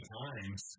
times